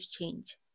change